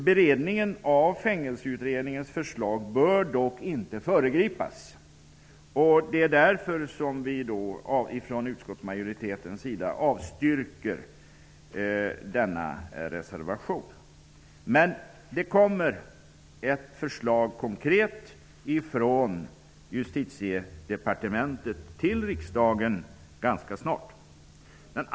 Beredningen av Fängelseutredningens förslag bör dock inte föregripas. Därför avstyrker utskottsmajoriteten denna reservation. Det kommer ett konkret förslag från Justitiedepartementet till riksdagen ganska snart.